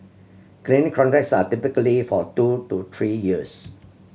cleaning contracts are typically for two to three years